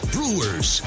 Brewers